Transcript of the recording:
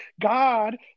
God